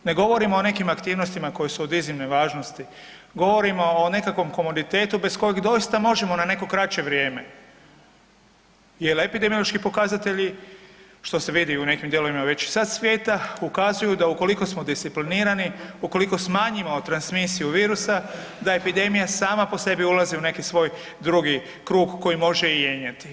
Ne govorim o nekim aktivnostima koje su od iznimne važnosti, govorimo o nekakvom komoditetu bez kojeg doista možemo na neko kraće vrijeme jel epidemiološki pokazatelji, što se vidi već sada i nekim dijelovima svijeta ukazuju da ukoliko smo disciplinirani, ukoliko smanjimo transmisiju virusa da epidemija sama po sebi ulazi u neki svoj drugi krug koji može i jenjati.